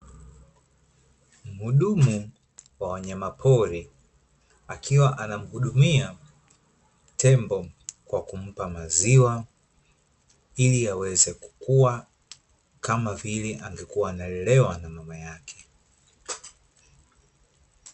Mhudumu wa wanyamapori, akiwa anamhudumia tembo kwa kumpa maziwa, ili aweze kukua kama vile angekuwa analelewa na mama yake.